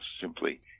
simply